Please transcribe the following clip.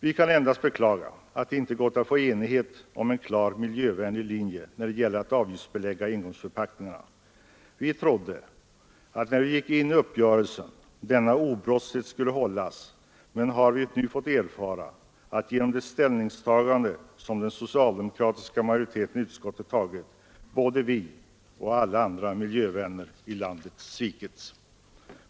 Vi kan endast beklaga att det inte gått att få enighet om en klar miljövänlig linje när det gällt att avgiftsbelägga engångsförpackningarna. Vi trodde när vi gick in i uppgörelsen att denna obrottsligt skulle hållas, men nu har vi fått erfara att genom det ställningstagande som den socialdemokratiska majoriteten i utskottet gjort både vi och alla andra miljövänner i landet svikits.